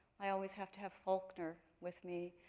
i always have to have faulkner with me.